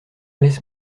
laisse